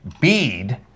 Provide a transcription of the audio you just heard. bead